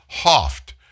Hoft